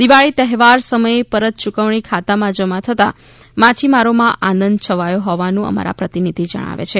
દિવાળી તહેવાર સમયે પરત યુકવણી ખાતામાં જમા થતાં માછીમારોમાં આનંદ છવાયો હોવાનું અમારા પ્રતિનિધિ જણાવે છે